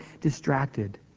distracted